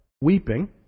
weeping